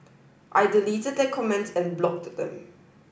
I deleted their comments and blocked them